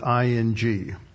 ing